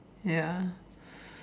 ya